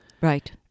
Right